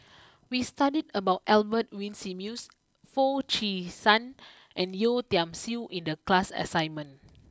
we studied about Albert Winsemius Foo Chee San and Yeo Tiam Siew in the class assignment